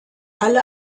alle